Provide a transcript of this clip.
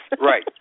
right